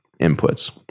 inputs